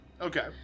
Okay